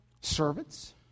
servants